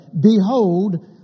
Behold